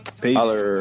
Peace